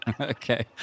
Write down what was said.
Okay